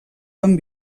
van